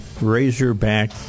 razorback